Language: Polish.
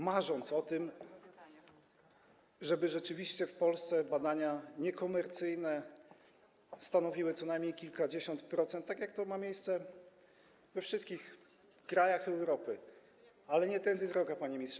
Marzę o tym, żeby rzeczywiście w Polsce badania niekomercyjne stanowiły co najmniej kilkadziesiąt procent, tak jak to ma miejsce we wszystkich krajach Europy, ale nie tędy droga, panie ministrze.